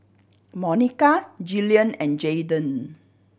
Monica Jillian and Jaydan